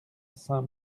saint